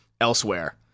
elsewhere